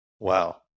Wow